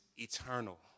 eternal